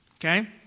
okay